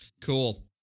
Cool